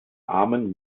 armen